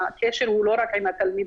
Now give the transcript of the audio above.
הקשר הוא לא רק עם התלמידים.